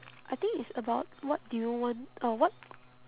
I think it's about what do you want uh what